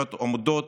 המקומיות עומדות